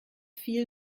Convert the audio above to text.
viel